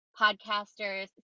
podcasters